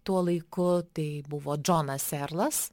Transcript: tuo laiku tai buvo džonas serlas